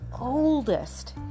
oldest